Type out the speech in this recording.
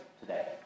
today